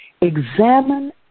examine